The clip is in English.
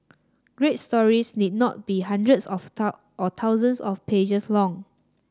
great stories need not be hundreds of or thousands of pages long